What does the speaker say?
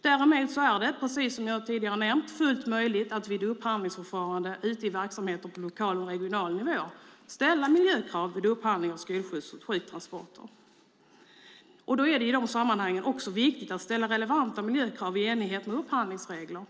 Däremot är det, precis som jag tidigare har nämnt, fullt möjligt att vid upphandlingsförfarande ute i verksamheter på lokal och regional nivå ställa miljökrav vid upphandling av skolskjuts och sjuktransporter. I dessa sammanhang är det viktigt att ställa relevanta miljökrav i enlighet med upphandlingsregler.